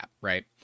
right